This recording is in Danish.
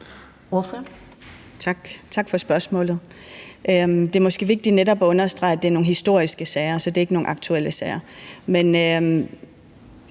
(IA): Tak for spørgsmålet. Det er måske vigtigt netop at understrege, at det er nogle historiske sager, så det er ikke nogle aktuelle sager.